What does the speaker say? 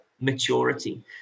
maturity